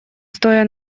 стоя